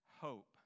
hope